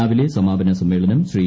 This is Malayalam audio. രാവിലെ സമാപന സമ്മേളനം ശ്രീ